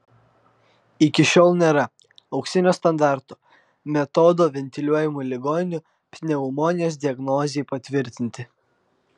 iki šiol nėra auksinio standarto metodo ventiliuojamų ligonių pneumonijos diagnozei patvirtinti